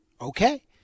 Okay